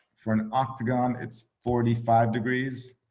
for an octagon, it's forty five degrees.